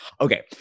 Okay